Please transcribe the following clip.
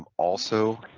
um also